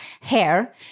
hair